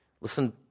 Listen